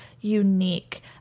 unique